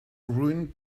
ruined